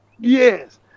Yes